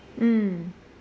mm